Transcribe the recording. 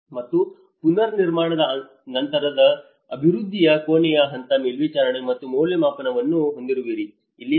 ಮತ್ತು ಪುನರ್ನಿರ್ಮಾಣದ ನಂತರದ ಅಭಿವೃದ್ಧಿಯ ಕೊನೆಯ ಹಂತ ಮೇಲ್ವಿಚಾರಣೆ ಮತ್ತು ಮೌಲ್ಯಮಾಪನವನ್ನು ಹೊಂದಿರುವಿರಿ